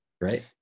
right